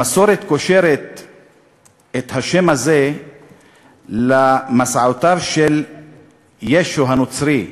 המסורת קושרת את השם הזה למסעותיו של ישו הנוצרי,